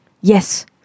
Yes